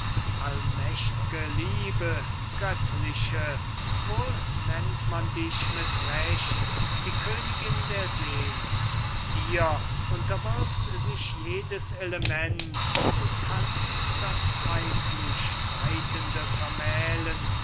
allmächt'ge liebe göttliche wohl nennt man dich mit recht die königin der seelen dir unterwirft sich jedes element du kannst das feindlichstreitende vermählen